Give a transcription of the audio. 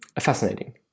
fascinating